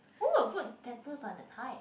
who will put tattoos on a thigh